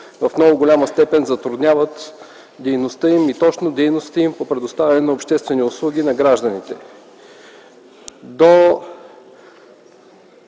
в много голяма степен затрудняват дейността им по предоставяне на обществени услуги на гражданите.